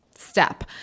step